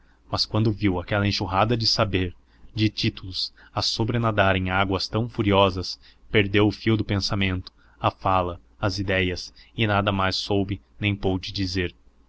mas quando viu aquela enxurrada de saber de títulos a sobrenadar em águas tão furiosas perdeu o fio do pensamento a fala as idéias e nada mais soube nem pôde dizer